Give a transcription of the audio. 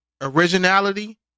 originality